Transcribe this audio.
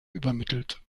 übermittelt